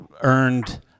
earned